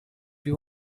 you